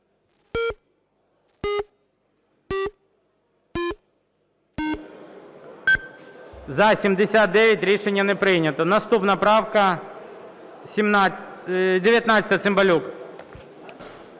За-79 Рішення не прийнято. Наступна правка 19. Цимбалюк.